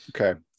Okay